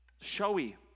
showy